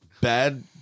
bad